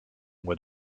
mois